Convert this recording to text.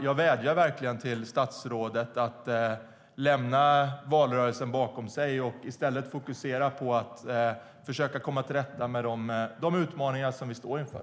Jag vädjar till statsrådet att lämna valrörelsen bakom sig och i stället fokusera på att försöka komma till rätta med de utmaningar vi står inför.